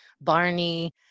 Barney